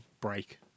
break